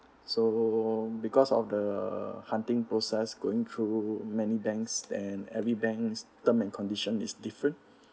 so because of the hunting process going through many banks and every bank's term and condition is different